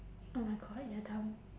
oh my god you're dumb